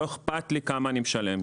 לא אכפת לי כמה אני משלם.